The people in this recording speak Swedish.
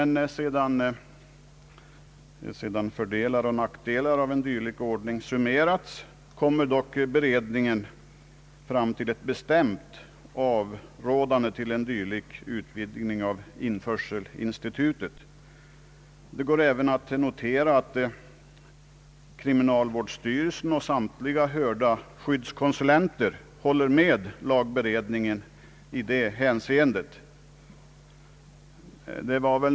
När sedan fördelar och nackdelar av en dylik ordning summeras, kommer beredningen dock fram till ett bestämt avrådande från en sådan utvidgning av införselinstitutet. Det bör även noteras att kriminalvårdsstyrelsen och samtliga hörda skyddskonsulenter håller med lagberedningen i detta hänseende.